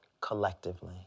collectively